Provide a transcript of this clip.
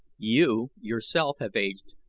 you, yourself, have aged,